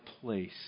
place